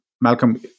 Malcolm